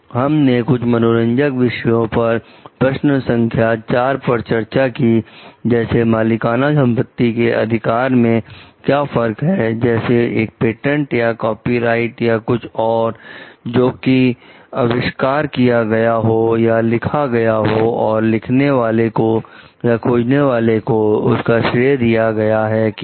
हम ने कुछ मनोरंजक विषयों पर प्रश्न संख्या 4 पर चर्चा की जैसे मालिकाना संपत्ति के अधिकार में क्या फर्क है जैसे एक पेटेंट या कॉपीराइट या कुछ और जो कि अविष्कार किया गया हो या लिखा गया हो और लिखने वाले को या खोजने वाले को उसका श्रेय दिया गया है कि नहीं